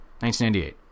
1998